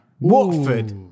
Watford